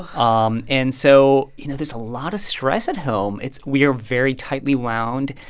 um and so you know there's a lot of stress at home. it's we're very tightly wound.